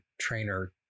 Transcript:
Trainer